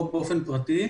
או באופן פרטי.